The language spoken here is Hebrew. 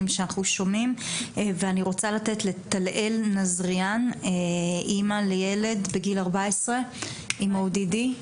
שאנחנו שומעים ואני רוצה לתת לטל-אל אמא לילד בגיל 14 עם ODD,